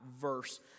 verse